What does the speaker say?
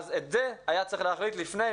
את זה היה צריך להחליט לפני,